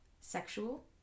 sexual